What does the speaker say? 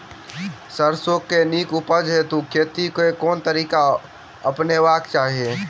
सैरसो केँ नीक उपज हेतु खेती केँ केँ तरीका अपनेबाक चाहि?